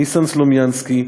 ניסן סלומינסקי,